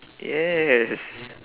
yes